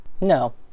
No